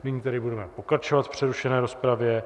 Nyní tedy budeme pokračovat v přerušené rozpravě.